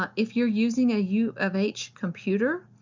but if you're using ah u of h computer,